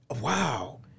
wow